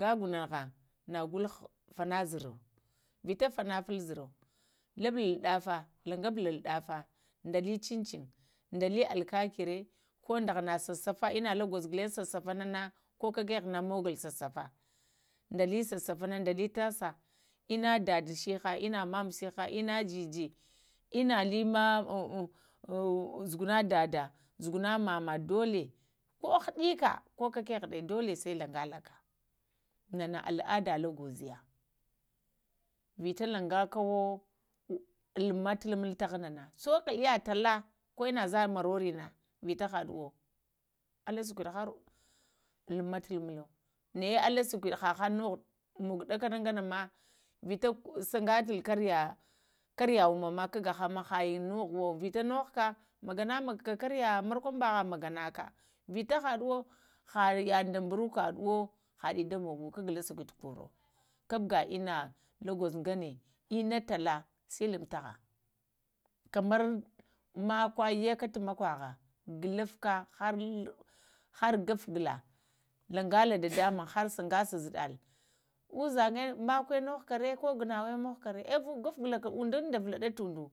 gəgunə tu ghn fana zuro, vita fanafal zəro, lubulol ɗafəda lə alkaki dali cin-cin da li alkakure ko ŋdəghana sassafa ina la gwozorə ghule sessafa na kokaghana mogol sessafa dəli sassaf na da lə tasa ina dədə shiha ina mammu shina, ina jəjə innə dzəg una dada, dzugune mama dola, hə hiɗika ko kakəghəɗə dola sai lagaləka, nana abada la gwezaya vita laŋgakawo luma taluŋyə tahaŋ nayə sukaliya tala ko ina zu morarə na vita haɗuwo əla suk wɗi har luŋma tulumo nayə ala suklɗ hahəŋ novo mogo ŋəkənən ŋɗakəna gh anəmə, sagatul karya umma ma kaga həŋma ha yən novuwo, vita novo ka magaginə magaka kara markunbəɗə maganaka vita haɗhwo vita həɗuwo ha yəɗa da ŋburoka ɗuwe həɗe da mogowe la sakudi sa koro kubgha ina la gwozo ŋgana ina tala silub tahaŋ ian la gwozo ŋgana ina tala silub tahaŋ kamar makwə, yəyaka tu məkwəha ŋgudufkə, har gufgula, la ngala da damuŋ har sagasa dadəmuŋ zuɗalə uzaŋgə makwə nuhakare ko nganawe nahaka, əh gufgula ka undənɗə vulaɗu tundo